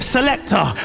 Selector